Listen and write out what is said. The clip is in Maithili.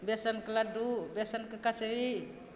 बेसनके लड्डू बेसनके कचड़ी